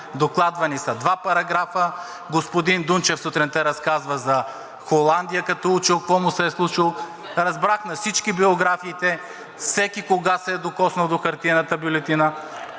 докладвани са два параграфа. Господин Дунчев сутринта разказва за Холандия, като е учил какво му се е случило. Разбрах на всички биографиите – всеки кога се е докоснал до хартиената бюлетина,